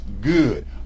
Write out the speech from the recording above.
good